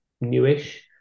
newish